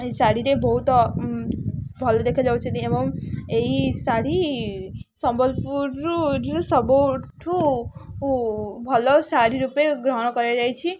ଏ ଶାଢ଼ୀରେ ବହୁତ ଭଲ ଦେଖାଯାଉଛନ୍ତି ଏବଂ ଏହି ଶାଢ଼ୀ ସମ୍ବଲପୁରରୁ ସବୁଠୁ ଭଲ ଶାଢ଼ୀ ରୂପେ ଗ୍ରହଣ କରାଯାଇଛି